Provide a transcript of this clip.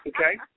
Okay